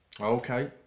Okay